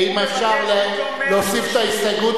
אם אפשר להוסיף את ההסתייגות,